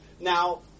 Now